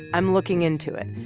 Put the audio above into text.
i'm looking into it.